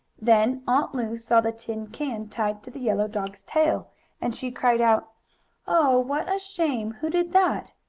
then aunt lu saw the tin can tied to the yellow dog's tail and she cried out oh, what a shame! who did that?